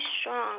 strong